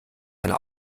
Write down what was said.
seine